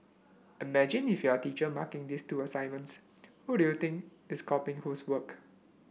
imagine if you are a teacher marking these two assignments who do you think is copying whose work